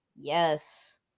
Yes